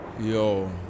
Yo